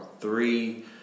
three